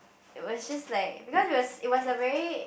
it was just like because it was it was like very